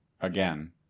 again